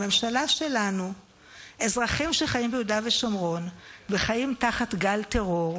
בממשלה שלנו אזרחים שחיים ביהודה ושומרון וחיים תחת גל טרור,